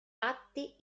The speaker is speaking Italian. atti